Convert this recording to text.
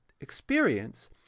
experience